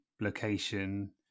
location